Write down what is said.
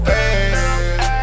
Hey